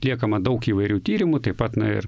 atliekama daug įvairių tyrimų taip pat na ir